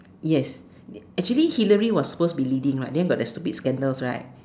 yes actually Hillary was suppose to be leading right then got the stupid scandals right